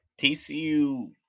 TCU